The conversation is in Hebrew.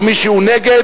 ומי שהוא נגד,